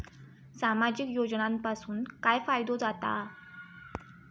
सामाजिक योजनांपासून काय फायदो जाता?